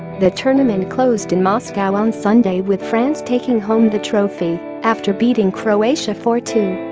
the tournament closed in moscow on sunday with france taking home the trophy after beating croatia four two